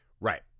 right